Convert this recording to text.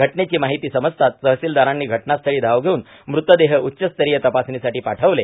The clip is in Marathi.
घटनेची माहिती समजताच तहसिलदारांनी घटनास्थळी धाव घेऊन मुतदेह उत्तरीय तपासणीसाठी पाठविले